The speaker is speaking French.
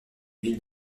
villes